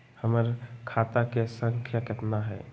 हमर खाता के सांख्या कतना हई?